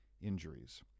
injuries